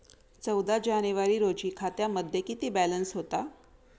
चौदा जानेवारी रोजी खात्यामध्ये किती बॅलन्स होता?